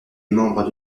membre